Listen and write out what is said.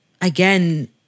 again